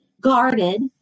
guarded